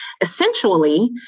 Essentially